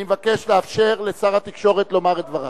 אני מבקש לאפשר לשר התקשורת לומר את דבריו.